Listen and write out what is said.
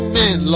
men